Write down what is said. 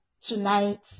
tonight